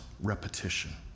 Repetition